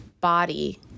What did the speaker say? body